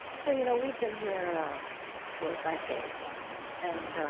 so, you know, we've been here four or five days and